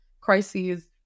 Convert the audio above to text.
crises